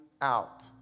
out